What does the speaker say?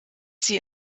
sie